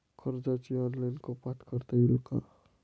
कर्जाची ऑनलाईन कपात करता येईल का?